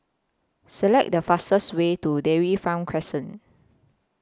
Select The fastest Way to Dairy Farm Crescent